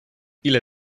ile